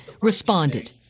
responded